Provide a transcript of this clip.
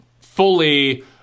fully